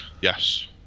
Yes